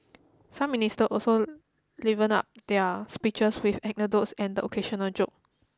some minister also livened up their speeches with anecdotes and the occasional joke